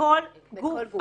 בכל גוף.